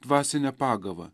dvasine pagava